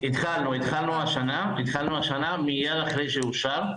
התחלנו השנה, התחלנו השנה מיד אחרי שאושר,